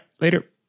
Later